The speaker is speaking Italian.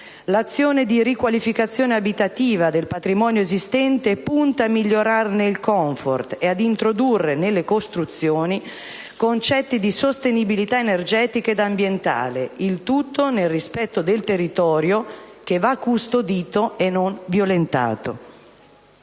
L'azione di riqualificazione abitativa del patrimonio esistente punta a migliorarne il *comfort* e ad introdurre nelle costruzioni concetti di sostenibilità energetica ed ambientale; il tutto nel rispetto del territorio, che va custodito e non violentato.